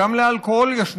וגם באלכוהול יש נזקים.